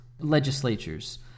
legislatures